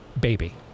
baby